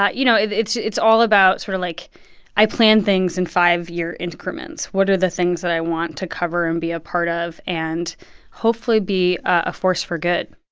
ah you know, it's it's all about sort of like i plan things in five-year increments. what are the things that i want to cover and be a part of? and hopefully, be a force for good